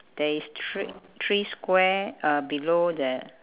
there is thre~ three square uh below that